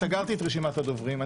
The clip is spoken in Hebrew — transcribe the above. סגרתי את רשימת הדוברים.